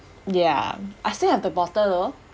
ya I still have the bottle though